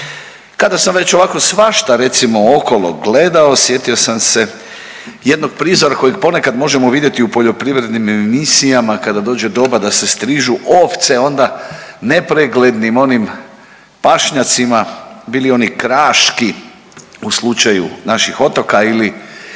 Kada sam već ovako svašta recimo okolo gledao sjetio sam se jednog prizora kojeg ponekad možemo vidjeti u poljoprivrednim emisijama kada dođe doba da se strižu ovce onda nepreglednim onim pašnjacima bili oni kraški u slučaju naših otoka ili